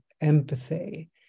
empathy